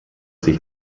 sich